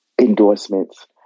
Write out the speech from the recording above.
endorsements